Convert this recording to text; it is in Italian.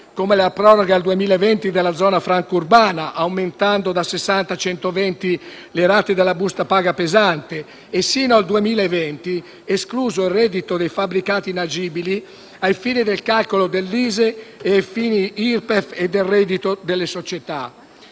come la proroga al 2020 della zona franca urbana, aumentando da 60 a 120 le rate della busta paga pesante, e abbiamo escluso sino al 2020 dal reddito i fabbricati inagibili ai fini del calcolo dell'ISEE, ai fini Irpef e del reddito delle società.